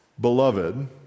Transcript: beloved